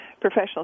professional